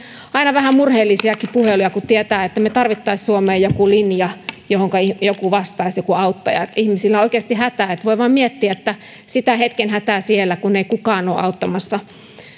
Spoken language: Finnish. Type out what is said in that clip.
aina vähän murheellisiakin puheluja kun tietää että me tarvitsisimme suomeen jonkun linjan johon joku auttaja vastaisi ihmisillä on oikeasti hätä voi vain miettiä sitä hetken hätää siellä kun ei kukaan ole auttamassa